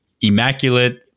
immaculate